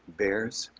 bears